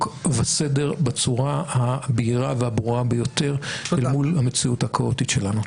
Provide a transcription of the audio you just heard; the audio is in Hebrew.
וסדר בצורה הבהירה והברורה ביותר אל מול המציאות הכאוטית שלנו.